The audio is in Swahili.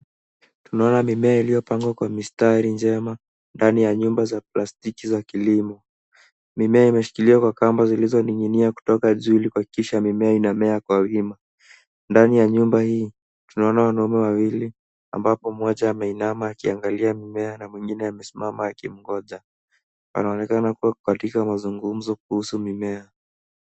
Tunaona mimea iliyopangwa kwa mistari njema ndani ya nyumba za plastiki za kilimo. Mimea imeshikiliwa kwa kamba zilizo ning'inia kutoka juu ili kuhakikisha mimea inamea kwa wima. Ndani ya nyumba hii tunaona wanaume wawili ambapo mmoja ameinama akiangalia mimea na mwingine amesimama akimngoja. Wanaonekana kuwa katika mazungumzo kuhusu mimea.